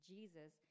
Jesus